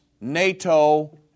NATO